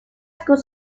school